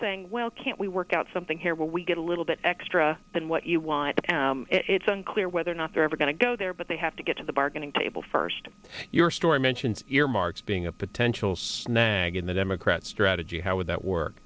saying well can't we work out something here where we get a little bit extra than what you want and it's unclear whether or not they're ever going to go there but they have to get to the bargaining table first your story mentioned earmarks being a potential snag in the democrats strategy how would that work